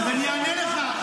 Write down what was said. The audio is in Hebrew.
אז אני אענה לך.